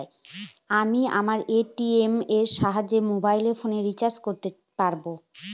আমি আমার এ.টি.এম এর সাহায্যে মোবাইল ফোন রিচার্জ করতে পারব?